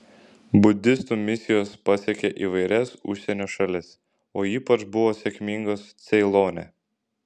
budistų misijos pasiekė įvairias užsienio šalis o ypač buvo sėkmingos ceilone